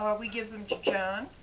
we give them to john,